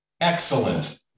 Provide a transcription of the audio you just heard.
Excellent